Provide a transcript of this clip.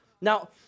Now